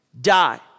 die